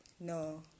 no